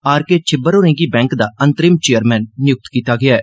R K Chhibber होरें'गी bank दा अंतरिम चेयरमैन नियुक्त कीता गेआ ऐ